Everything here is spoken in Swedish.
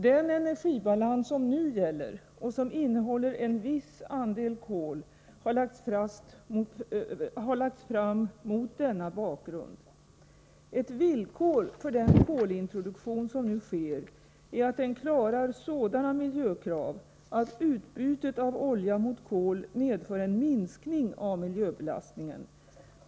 Den energibalans som nu gäller och som innehåller en viss andel kol har lagts fram mot denna bakgrund. Ett villkor för den kolintroduktion som nu sker är att den klarar sådana miljökrav att utbytet av olja mot kol medför en minskning av miljöbelastningen.